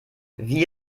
wie